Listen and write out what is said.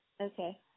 Okay